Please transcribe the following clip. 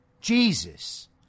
Jesus